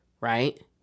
right